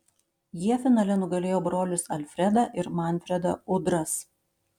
jie finale nugalėjo brolius alfredą ir manfredą udras